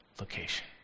location